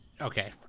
Okay